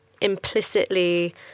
implicitly